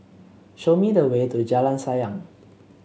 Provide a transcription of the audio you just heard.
show me the way to Jalan Sayang